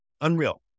Unreal